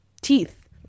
teeth